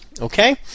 Okay